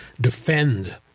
defend